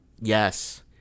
Yes